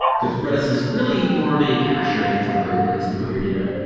because redis is really more of a cache or a temporary place to put your data.